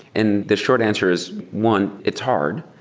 and the short answers, one, it's hard.